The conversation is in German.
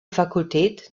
fakultät